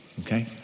okay